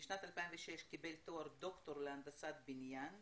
בשנת 2006 קיבל תואר דוקטור להנדסת בניין.